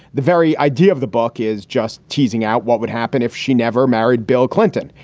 the very idea of the book is just teasing out what would happen if she never married bill clinton.